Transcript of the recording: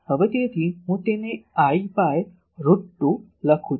હવે તેથી હું તેને I બાય રૂટ 2 લખું છું